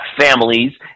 families